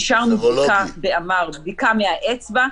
אישרנו בדיקה באמ"ר, בדיקה מהאצבע,